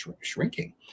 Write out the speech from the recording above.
shrinking